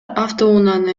автоунааны